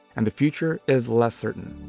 and the future is less certain.